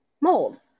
mold